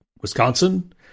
Wisconsin